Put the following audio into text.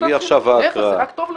עזבי עכשיו הקראה --- להיפך, זה רק טוב לך.